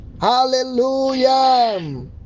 Hallelujah